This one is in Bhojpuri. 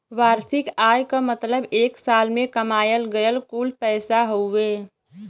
वार्षिक आय क मतलब एक साल में कमायल गयल कुल पैसा हउवे